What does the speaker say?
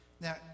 Now